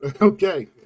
Okay